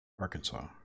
Arkansas